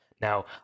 Now